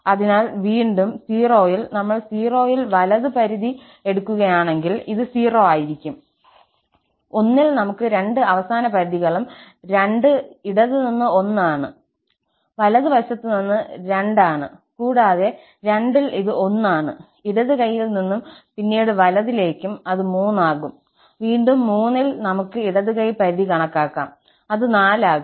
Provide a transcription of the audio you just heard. അതിനാൽ വീണ്ടും 0 ൽ നമ്മൾ 0 ൽ വലത് പരിധി എടുക്കുകയാണെങ്കിൽ ഇത് 0 ആയിരിക്കും 1 ൽ നമുക്ക് രണ്ട് അവസാന പരിധികളും ഉണ്ട് ഇവിടെ ഇത് ഇടത് നിന്ന് 1 ആണ് വലത് വശത്ത് നിന്ന് 2 ആണ് കൂടാതെ 2ൽ ഇത് 1ആണ് ഇടത് കൈയിൽ നിന്നും പിന്നീട് വലതിലേക്കും അത് 3 ആകും വീണ്ടും 3 ൽ നമുക്ക് ഇടത് കൈ പരിധി കണക്കാക്കാം അത് 4 നൽകും